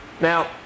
Now